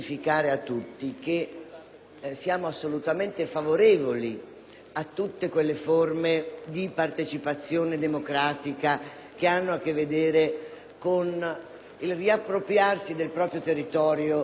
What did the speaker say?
siamo assolutamente favorevoli a tutte quelle forme di partecipazione democratica che hanno a che vedere con il riappropriarsi del territorio da parte dei cittadini.